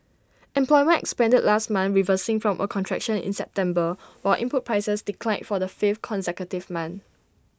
employment expanded last month reversing from A contraction in September while input prices declined for the fifth consecutive month